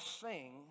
sing